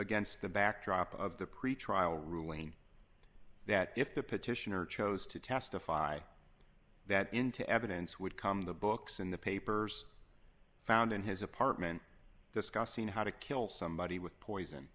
against the backdrop of the pretrial ruling that if the petitioner chose to testify that into evidence would come the books in the papers found in his apartment discussing how to kill somebody with poison